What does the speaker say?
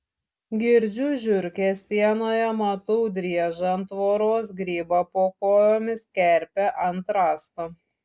girdžiu žiurkes sienoje matau driežą ant tvoros grybą po kojomis kerpę ant rąsto